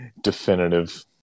Definitive